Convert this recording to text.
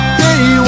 day